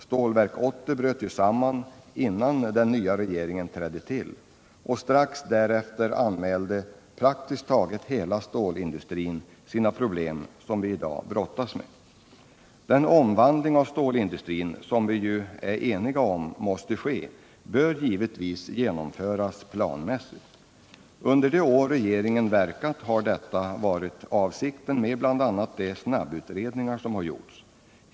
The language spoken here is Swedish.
Stålverk 80 bröt samman innan den nya regeringen trädde till. Strax därefter anmälde praktiskt taget hela stålindustrin sina problem, som vi i dag brottas med. Den omvandling av stålindustrin som måste ske — och som vi ju är eniga om — bör givetvis genomföras planmässigt. Under det år regeringen verkat har detta varit avsikten med bl.a. de snabbutredningar som gjorts.